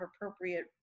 appropriate